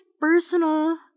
personal